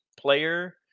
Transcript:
player